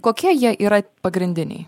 kokie jie yra pagrindiniai